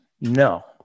No